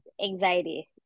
anxiety